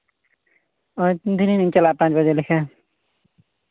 ᱟᱨ ᱫᱷᱤᱱᱟᱹᱝ ᱤᱧ ᱪᱟᱞᱟᱜᱼᱟ ᱯᱟᱸᱪ ᱵᱟᱡᱮ ᱞᱮᱠᱟ